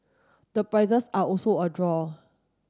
the prices are also a draw